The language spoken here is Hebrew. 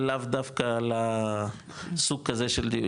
אבל לאו דווקא לסוג כזה של דיור,